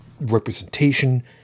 representation